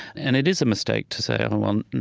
and it is a mistake to say oh, um and